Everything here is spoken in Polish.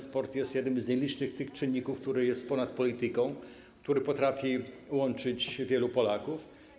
Sport jest jednym z nielicznych czynników, które są ponad polityką, który potrafią łączyć wielu Polaków.